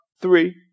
three